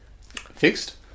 Fixed